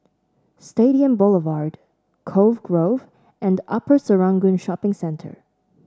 Stadium Boulevard Cove Grove and Upper Serangoon Shopping Centre